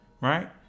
Right